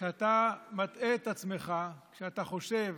שאתה מטעה את עצמך כשאתה חושב